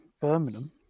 Birmingham